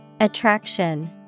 Attraction